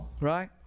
right